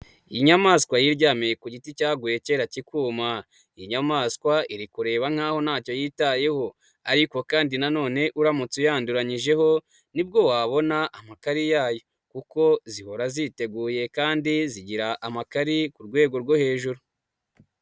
Iyi inyamaswa yiryamiye ku giti cyaguye kera kikuma, iyi nyamaswa iri kureba nkaho ntacyo yitayeho, ariko kandi na none uramutse uyanduranyijeho, nibwo wabona amakari yayo. Kuko zihora ziteguye, kandi zigira amakari ku rwego rwo hejuru.